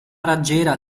raggiera